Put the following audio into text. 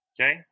okay